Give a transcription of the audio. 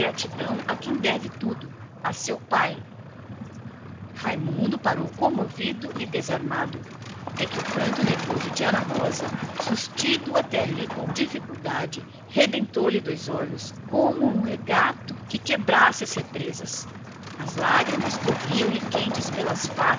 ingratidão a quem deve tudo a seu pai o pranto nervoso da menina sustido até ali com dificuldade rebentou lhe da garganta e dos olhos como um regato que quebrasse as represas as lágrimas corriam lhe quentes pela